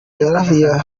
yarahiye